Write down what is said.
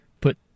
put